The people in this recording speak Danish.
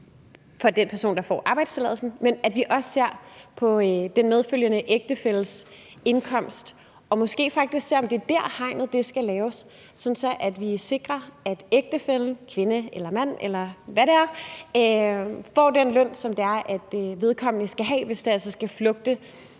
for den person, der får arbejdstilladelsen, og at vi også ser på den medfølgende ægtefælles indkomst og måske faktisk ser, om det er der, hegnet skal laves, sådan at vi sikrer, at ægtefællen, kvinde eller mand, eller hvad det er, får den løn, som det er, vedkommende skal have, hvis det altså skal flugte